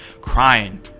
Crying